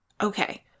Okay